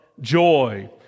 joy